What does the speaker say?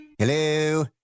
Hello